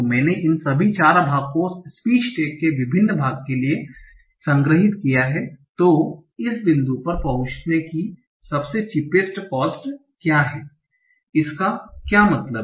तो मैंने इन सभी 4 भाग को स्पीच टैग के विभिन्न भाग के लिए संग्रहीत किया है तो इस बिंदु पर पहुंचने की सबसे चीपेस्ट कोस्ट क्या है इसका क्या मतलब है